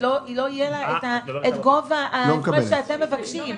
לא יהיה לה את גובה ההפרש שאתם מבקשים.